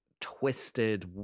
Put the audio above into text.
twisted